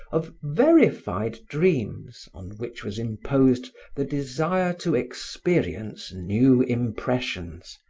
of verified dreams on which was imposed the desire to experience new impressions,